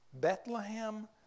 Bethlehem